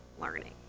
learning